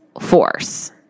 force